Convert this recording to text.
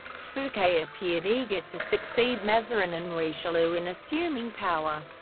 fouquet appeared eager to succeed mazarin and richelieu in assuming power,